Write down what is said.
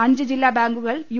അഞ്ച് ജില്ല ബാങ്കുകൾ യു